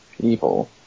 people